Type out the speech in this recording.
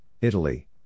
Italy